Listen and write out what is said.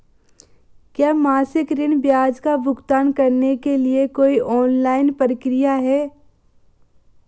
क्या मासिक ऋण ब्याज का भुगतान करने के लिए कोई ऑनलाइन प्रक्रिया है?